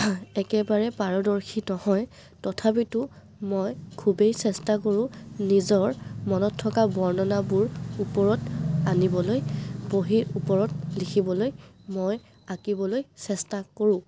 একেবাৰে পাৰদৰ্শী নহয় তথাপিতো মই খুবেই চেষ্টা কৰোঁ নিজৰ মনত থকা বৰ্ণনাবোৰ ওপৰত আনিবলৈ বহিৰ ওপৰত লিখিবলৈ মই আঁকিবলৈ চেষ্টা কৰোঁ